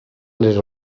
les